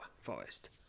forest